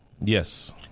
Yes